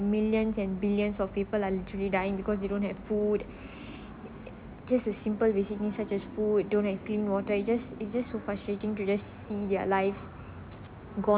millions and billions of people are literally dying because they don't have food just as simple basic needs such as food don't have clean water it's just it's just so frustrating to just see their life gone